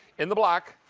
in the black,